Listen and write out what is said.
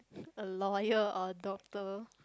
a lawyer or a doctor